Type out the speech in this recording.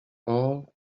all